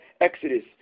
exodus